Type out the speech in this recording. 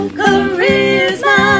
charisma